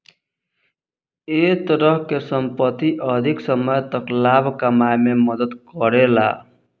ए तरह के संपत्ति अधिक समय तक लाभ कमाए में मदद करेला